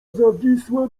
zawisła